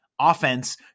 offense